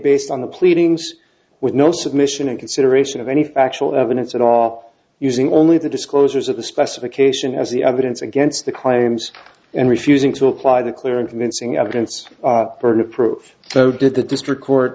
based on the pleadings with no submission and consideration of any factual evidence at all using only the disclosures of the specification as the evidence against the claims and refusing to apply the clear and convincing evidence burden of proof so did the district court